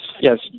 Yes